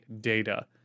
data